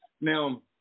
Now